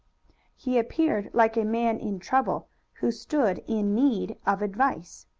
he appeared like a man in trouble who stood in need of advice.